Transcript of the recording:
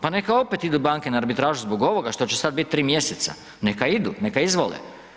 Pa neka opet idu banke na arbitražu zbog ovoga što će sada biti tri mjeseca, neka idu, neka izvole.